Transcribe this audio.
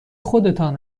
خودتان